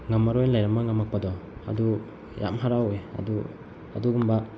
ꯉꯝꯃꯔꯣꯏꯅ ꯂꯩꯔꯃꯃꯒ ꯉꯝꯃꯛꯄꯗꯣ ꯑꯗꯨ ꯌꯥꯝ ꯍꯥꯔꯥꯎꯋꯦ ꯑꯗꯨ ꯑꯗꯨꯒꯨꯝꯕ